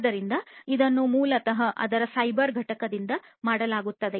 ಆದ್ದರಿಂದ ಇದನ್ನು ಮೂಲತಃ ಅದರ ಸೈಬರ್ ಘಟಕದಿಂದ ಮಾಡಲಾಗುತ್ತದೆ